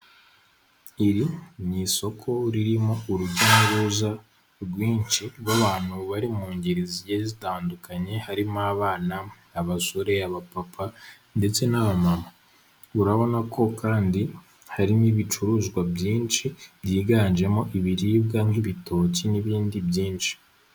Iri ni isoko ririmo urujya n'uruza rwinshi rw'abantu bari mu ngeri ziri zitandukanye, harimo abana, abasore, abapapa ndetse n'aba mama. Urabona ko kandi hari n'ibicuruzwa byinshi, byiganjemo ibiribwa nk'ibitoki, n'ibindi byinshi.